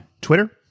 Twitter